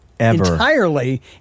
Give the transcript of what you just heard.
Entirely